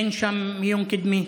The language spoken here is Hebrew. אין שם מיון קדמי.